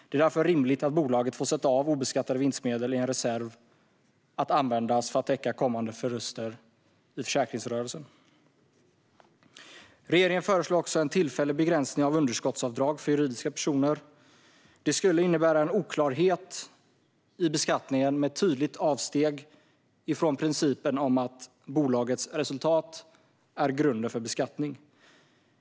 Det är därför rimligt att bolaget får sätta av obeskattade vinstmedel i en reserv som kan användas för att täcka kommande förluster i försäkringsrörelsen. Regeringen föreslår också en tillfällig begränsning av underskottsavdrag för juridiska personer. Det skulle innebära en oklarhet i beskattningen med ett tydligt avsteg från principen att bolagets resultat är grunden för beskattning.